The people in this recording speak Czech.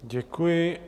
Děkuji.